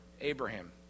Abraham